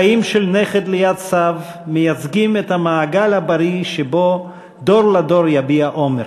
החיים של נכד ליד סב מייצגים את המעגל הבריא שבו דור לדור יביע אומר.